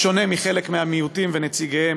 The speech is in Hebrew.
בשונה מחלק מהמיעוטים ונציגיהם,